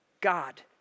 God